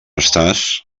estàs